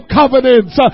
covenants